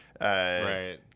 Right